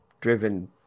driven